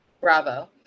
Bravo